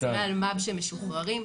אסירי אלמ"ב שמשוחררים,